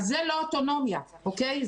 אז זה לא אוטונומיה, אוקיי?